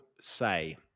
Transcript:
say